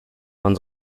man